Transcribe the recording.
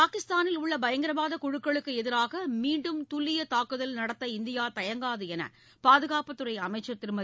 பாகிஸ்தானில் உள்ள பயங்கரவாத குழுக்களுக்கு எதிராக மீண்டும் துல்லிய தாக்குதல் நடத்த இந்தியா தயங்காது என்று பாதுகாப்புத் துறை அமைச்சர் திருமதி